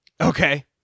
Okay